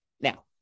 Now